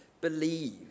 believe